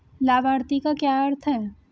लाभार्थी का क्या अर्थ है?